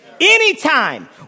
Anytime